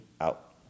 out